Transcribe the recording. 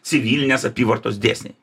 civilinės apyvartos dėsniai